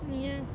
ya